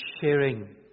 sharing